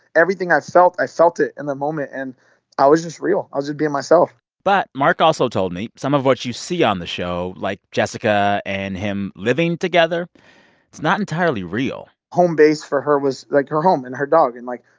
everything i felt i felt it in the moment. and i was just real. i was just being myself but mark also told me some of what you see on the show, like jessica and him living together it's not entirely real homebase for her was, like, her home and her dog. and, like,